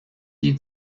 die